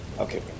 Okay